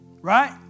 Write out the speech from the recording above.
Right